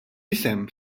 isem